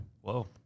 Whoa